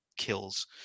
Kills